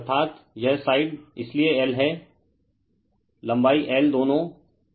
अर्थात् यह साइड इसलिए L है लंबाई L टूनों मार्कड हैं